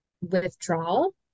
withdrawal